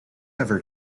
ever